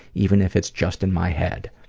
even if it's just in my head.